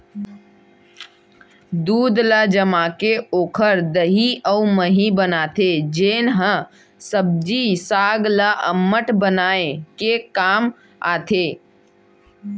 दूद ल जमाके ओकर दही अउ मही बनाथे जेन ह सब्जी साग ल अम्मठ बनाए के काम आथे